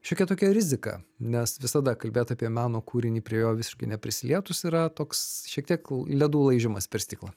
šiokia tokia rizika nes visada kalbėt apie meno kūrinį prie jo visiškai neprisilietus yra toks šiek tiek ledų laižymas per stiklą